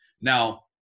Now